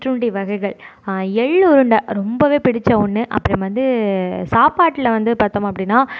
சிற்றுண்டி வகைகள் எள்ளுருண்டை ரொம்பவே பிடிச்ச ஒன்று அப்புறம் வந்து சாப்பாட்டில் வந்து பார்த்தோம் அப்படின்னா